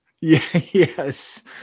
Yes